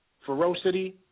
ferocity